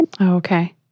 Okay